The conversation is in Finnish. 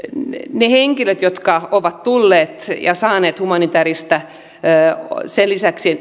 ne henkilöt jotka ovat tulleet ja saaneet humanitääristä suojelua sen lisäksi